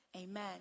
amen